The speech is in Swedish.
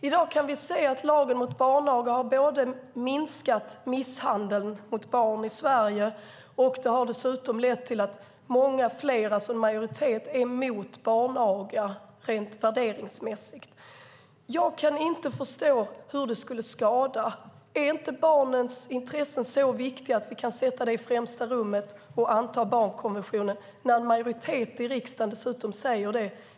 I dag kan vi se att lagen mot barnaga har minskat misshandeln mot barn i Sverige och dessutom har lett till att många fler, en majoritet, är emot barnaga rent värderingsmässigt. Jag kan inte förstå hur det skulle skada. Är inte barnens intressen så viktiga att vi kan sätta dem i främsta rummet och anta barnkonventionen när en majoritet i riksdagen dessutom säger det?